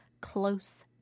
close